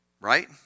Right